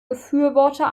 befürworter